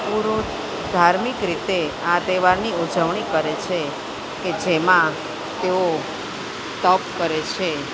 પૂરો ધાર્મિક રીતે આ તહેવારની ઉજવણી કરે છે કે જેમાં તેઓ તપ કરે છે